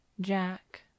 Jack